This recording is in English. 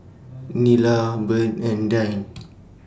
Nylah Byrd and Dayne